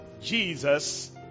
Jesus